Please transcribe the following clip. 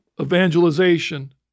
evangelization